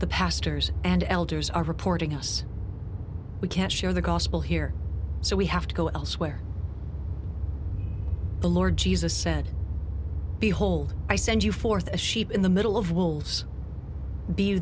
the pastors and elders are reporting us we can't share the gospel here so we have to go elsewhere the lord jesus said behold i send you forth as sheep in the middle of wolves be